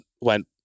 went